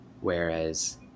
whereas